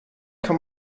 kann